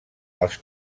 els